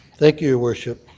thank you your worship.